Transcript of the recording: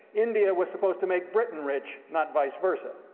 india was supposed to make britain rich, not vice versa.